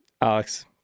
Alex